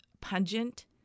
pungent